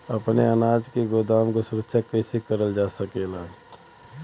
अपने अनाज के गोदाम क सुरक्षा कइसे करल जा?